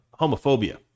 homophobia